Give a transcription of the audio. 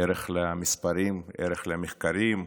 ערך למספרים, ערך למחקרים,